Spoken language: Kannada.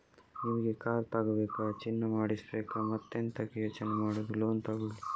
ನಿಮಿಗೆ ಕಾರ್ ತಗೋಬೇಕಾ, ಚಿನ್ನ ಮಾಡಿಸ್ಬೇಕಾ ಮತ್ತೆಂತಕೆ ಯೋಚನೆ ಮಾಡುದು ಲೋನ್ ತಗೊಳ್ಳಿ